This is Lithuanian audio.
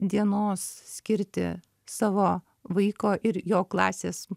dienos skirti savo vaiko ir jo klasės